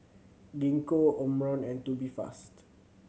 Gingko Omron and Tubifast